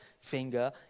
finger